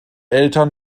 eltern